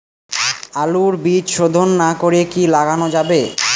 আলুর বীজ শোধন না করে কি লাগানো যাবে?